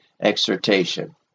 exhortation